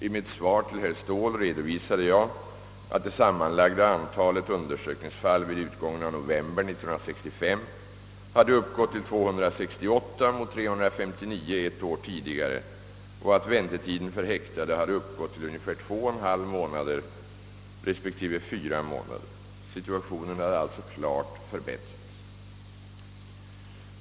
I mitt svar till herr Ståhl redovisade jag att det sammanlagda antalet undersökningsfall vid utgången av november 1965 hade uppgått till 268 mot 359 ett år tidigare och att väntetiden för häktade hade uppgått till ungefär 21/2 månader resp. 4 månader. Situationen hade alltså klart förbättrats.